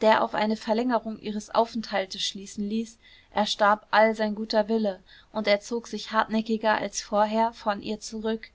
der auf eine verlängerung ihres aufenthaltes schließen ließ erstarb all sein guter wille und er zog sich hartnäckiger als vorher von ihr zurück